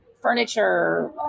furniture